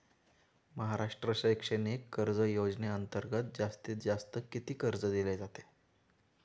महाराष्ट्र शैक्षणिक कर्ज योजनेअंतर्गत जास्तीत जास्त किती कर्ज दिले जाते?